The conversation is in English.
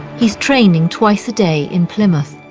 he's training twice a day in plymouth.